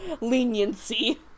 leniency